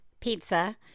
pizza